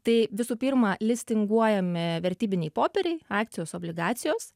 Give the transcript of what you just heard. tai visų pirma listinguojami vertybiniai popieriai akcijos obligacijos